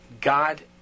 God